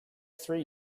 three